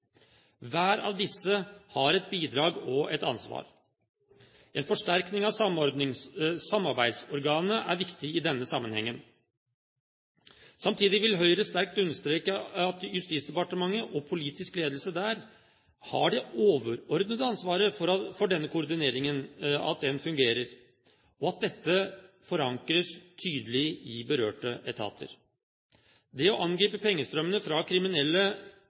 Hver av disse har et ansvar for å bidra. En forsterkning av samarbeidsorganet er viktig i denne sammenhengen. Samtidig vil Høyre sterkt understreke at Justisdepartementet og politisk ledelse der har det overordnede ansvaret for at denne koordineringen fungerer, og at det forankres tydelig i berørte etater. Det å angripe pengestrømmene fra